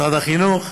משרד החינוך.